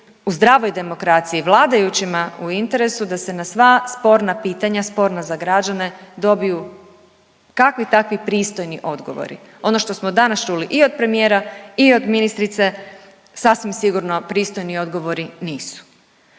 u zdravoj demokraciji vladajućima u interesu da se na sva sporna pitanja, sporna za građane dobiju kakvi takvi pristojni odgovori. Ono što smo danas čuli i od premijera i od ministrice sasvim sigurno pristojni odgovori nisu.